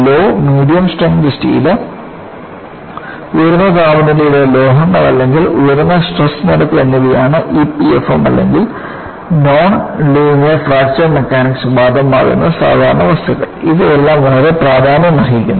law medium strength steel ഉയർന്ന താപനിലയിലുള്ള ലോഹങ്ങൾ അല്ലെങ്കിൽ ഉയർന്ന സ്ട്രെസ് നിരക്ക് എന്നിവയാണ് EPFM അല്ലെങ്കിൽ നോൺ ലീനിയർ ഫ്രാക്ചർ മെക്കാനിക്സ് ബാധകമാകുന്ന സാധാരണ വസ്തുക്കൾ ഇവയെല്ലാം വളരെ പ്രാധാന്യമർഹിക്കുന്നു